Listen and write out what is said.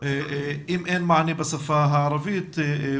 אם אין מענה בשפה הערבית.